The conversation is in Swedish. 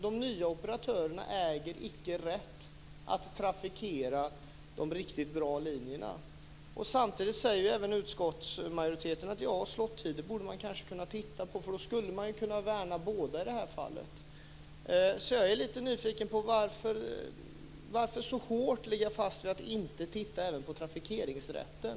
De nya operatörerna äger icke rätt att trafikera de riktigt bra linjerna. Samtidigt säger även utskottsmajoriteten att slot-tider borde man kanske kunna titta på, för då skulle man ju kunna värna båda i det här fallet. Jag är lite nyfiken på varför man så hårt ligger fast vid att inte titta även på trafikeringsrätten.